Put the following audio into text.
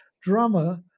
drummer